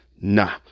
nah